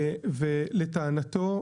לטענתו,